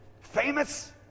Famous